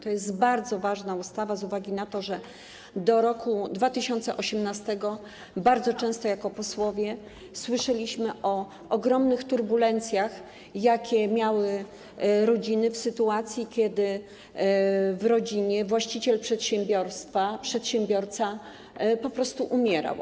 To jest bardzo ważna ustawa z uwagi na to, że do roku 2018 bardzo często jako posłowie słyszeliśmy o ogromnych turbulencjach, jakie miały rodziny w sytuacji, kiedy w rodzinie właściciel przedsiębiorstwa, przedsiębiorca po prostu umierał.